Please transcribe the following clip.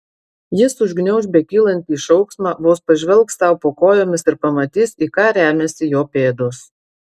jis užgniauš bekylantį šauksmą vos pažvelgs sau po kojomis ir pamatys į ką remiasi jo pėdos